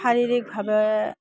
শাৰীৰিকভাৱে